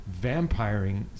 vampiring